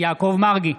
יעקב מרגי,